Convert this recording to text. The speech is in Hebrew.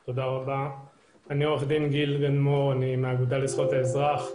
אני עורך דין גיל גלמור, מהאגודה לזכויות האזרח.